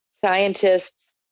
Scientists